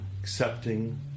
accepting